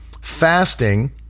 Fasting